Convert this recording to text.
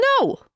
No